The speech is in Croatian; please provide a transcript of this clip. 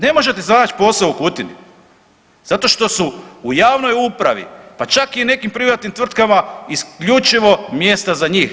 Ne možete zanać posao u Kutini, zato što su u javnoj upravi pa čak i u nekim privatnim tvrtkama isključivo mjesta za njih.